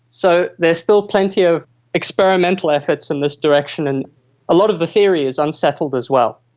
so there's still plenty of experimental efforts in this direction, and a lot of the theory is unsettled as well.